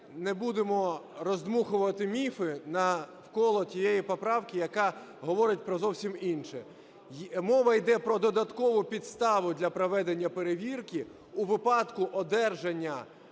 не будемо роздмухувати міфи навколо тієї поправки, яка говорить про зовсім інше. Мова іде про додаткову підставу для проведення перевірки у випадку одержання